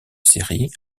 série